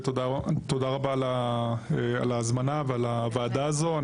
ותודה רבה על ההזמנה ועל הוועדה הזו,